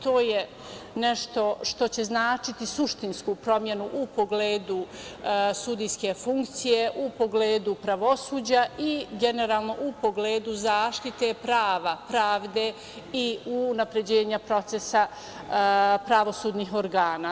To je nešto što će značiti suštinsku promenu u pogledu sudijske funkcije, u pogledu pravosuđa i generalno u pogledu zaštite prava, pravde i unapređenja procesa pravosudnih organa.